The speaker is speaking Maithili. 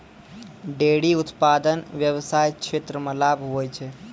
डेयरी उप्तादन व्याबसाय क्षेत्र मे लाभ हुवै छै